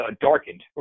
darkened